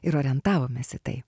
ir orientavomės į tai